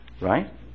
right